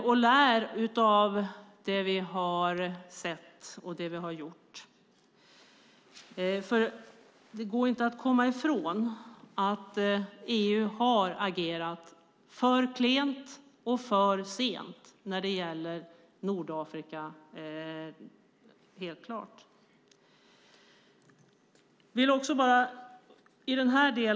Har vi lärt oss av det vi har sett och gjort? Det går inte att komma ifrån att EU har agerat för klent och för sent när det gäller Nordafrika.